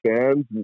fans